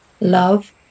Love